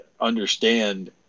understand